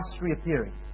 reappearing